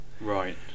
Right